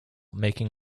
making